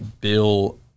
bill